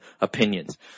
opinions